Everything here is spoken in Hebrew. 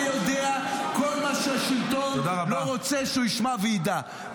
ויודע כל מה ששלטון לא רוצה שהוא ישמע וידע.